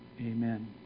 Amen